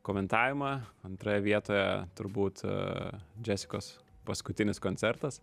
komentavimą antroje vietoje turbūt džesikos paskutinis koncertas